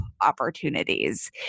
opportunities